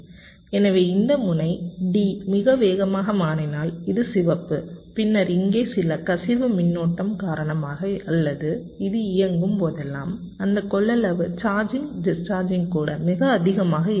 எனவே இந்த முனை D மிக வேகமாக மாறினால் இது சிவப்பு பின்னர் இங்கே சில கசிவு மின்னோட்டம் காரணமாக அல்லது இது இயங்கும் போதெல்லாம் இந்த கொள்ளளவு சார்ஜிங் டிஸ்சார்ஜிங் கூட மிக அதிகமாக இருக்கும்